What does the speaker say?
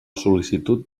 sol·licitud